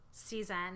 season